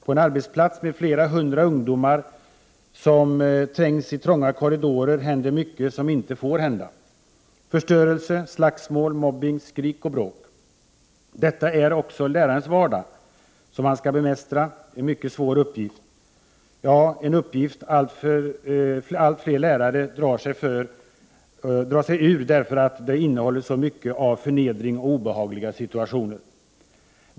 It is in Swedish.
På en arbetsplats med flera hundra ungdomar, som trängs i trånga korridorer, händer mycket som inte får hända; förstörelse, slagsmål, mobbning, skrik och bråk. Detta är också den vardag som läraren skall bemästra — en mycket svår uppgift. Ja, det är en uppgift som allt fler lärare drar sig ur, därför att den innehåller så mycket av förnedring och obehagliga situationer.